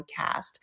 podcast